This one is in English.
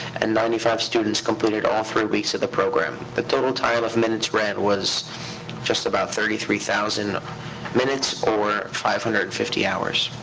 and ninety five students completed all three weeks of the program. the total time of minutes read was just about thirty three thousand minutes, or five hundred and fifty hours.